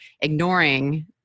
ignoring